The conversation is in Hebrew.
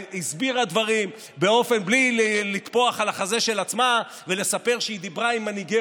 הסבירה דברים בלי לטפוח על החזה של עצמה ולספר שהיא דיברה עם מנהיגי